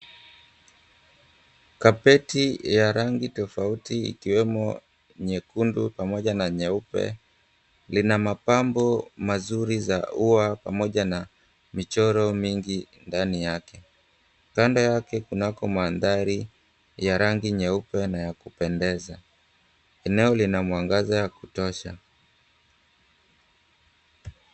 Kapeti ya rangi tofauti, ikiwemo nyekundu, pamoja na nyeupe, lina mapambo mazuri za ua pamoja na michoro mingi ndani yake. Kando yake kunako mandhari ya rangi nyeupe, na kupendeza. Eneo lina mwangaza ya kutosha.